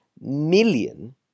million